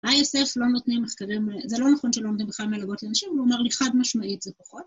ה-SF לא נותנים מחקרים, זה לא נכון שלא נותנים בכלל מלגות לנשים, הוא אומר לי חד משמעית זה פחות.